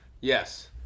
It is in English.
Yes